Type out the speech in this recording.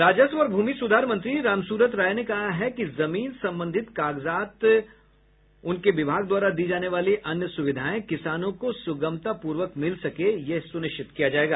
राजस्व और भूमि सुधार मंत्री रामसूरत राय ने कहा है कि जमीन संबंधित कागजात सहित उनके विभाग द्वारा दी जाने वाली अन्य सुविधाएं किसानों को सुगमतापूर्वक मिल सके यह सुनिश्चित किया जायेगा